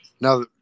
Now